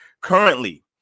currently